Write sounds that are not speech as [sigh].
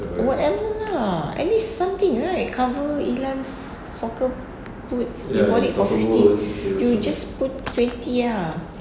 whatever lah at least something right cover ilan's soccer boots you bought for fifty [breath] you just put twenty ah